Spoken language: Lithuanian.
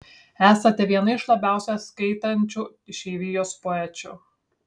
esate viena iš labiausiai skaitančių išeivijos poečių